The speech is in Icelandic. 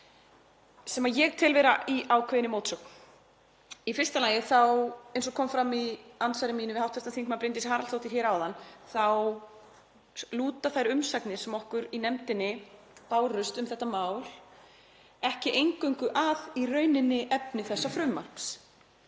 sem ég tel vera í ákveðinni mótsögn. Í fyrsta lagi, eins og kom fram í andsvari mínu við hv. þm. Bryndísi Haraldsdóttur hér áðan, lúta þær umsagnir sem okkur í nefndinni bárust um þetta mál ekki eingöngu að efni þessa frumvarps,